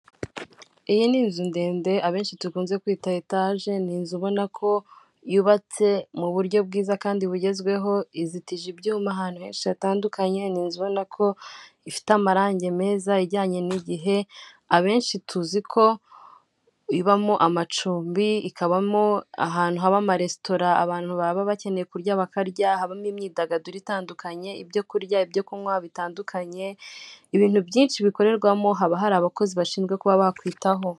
Iyi ni inzu ndende abenshi dukunze kwita etaje, ni inzu ubona ko yubatse mu buryo bwiza kandi bugezweho, izitije ibyuma ahantu henshi hatandukanye, ni inzu ubona ko ifite amarangi meza ijyanye n'igihe, abenshi tuzi ko ibamo amacumbi, ikabamo ahantu haba amaresitora abantu baba bakeneye kurya bakarya, habamo imyidagaduro itandukanye, ibyo kurya, ibyo kunywa bitandukanye, ibintu byinshi bikorerwamo, haba hari abakozi bashinzwe kuba bakwitaho.